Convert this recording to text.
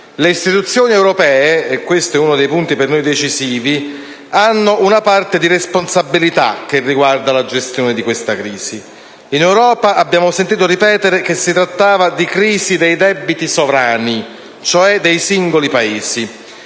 Le istituzioni europee - e questo è per noi uno dei punti decisivi - hanno una parte di responsabilità che riguarda la gestione di questa crisi. In Europa abbiamo sentito ripetere che si trattava di crisi dei debiti sovrani, cioè dei singoli Paesi.